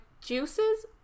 juices